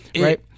right